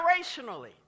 generationally